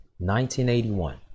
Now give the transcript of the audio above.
1981